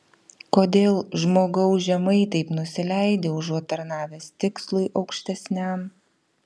kodėl žmogau žemai taip nusileidi užuot tarnavęs tikslui aukštesniam